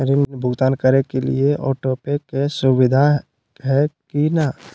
ऋण भुगतान करे के लिए ऑटोपे के सुविधा है की न?